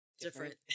different